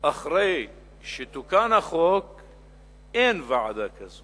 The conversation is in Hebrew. אחרי שתוקן החוק אין ועדה כזאת